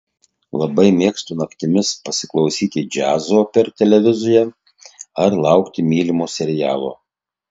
labai mėgstu naktimis pasiklausyti džiazo per televiziją ar laukti mylimo serialo